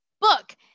Book